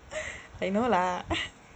I know lah